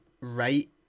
right